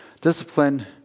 Discipline